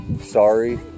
Sorry